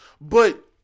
But-